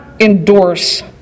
endorse